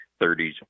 30s